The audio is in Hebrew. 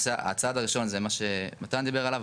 הצעד הראשון זה מה שמתן דיבר עליו,